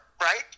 right